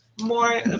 more